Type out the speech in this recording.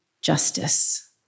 justice